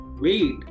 wait